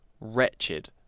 wretched